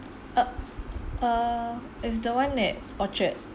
uh uh is the one at orchard